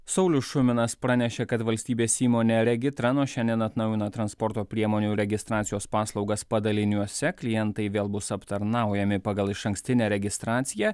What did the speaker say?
saulius šuminas pranešė kad valstybės įmonė regitra nuo šiandien atnaujina transporto priemonių registracijos paslaugas padaliniuose klientai vėl bus aptarnaujami pagal išankstinę registraciją